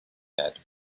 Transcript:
met